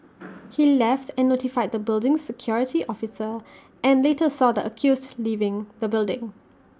he left and notified the building's security officer and later saw the accused leaving the building